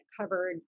covered